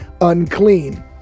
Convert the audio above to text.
unclean